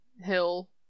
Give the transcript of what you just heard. hill